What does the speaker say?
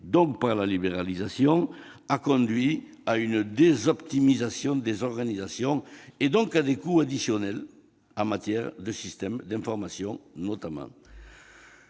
donc par la libéralisation, a conduit à une « désoptimisation » des organisations, et donc à des coûts additionnels, notamment en matière de systèmes d'information.